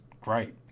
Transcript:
great